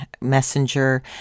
Messenger